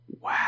Wow